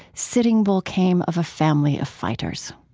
sitting bull came of a family of fighters.